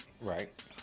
Right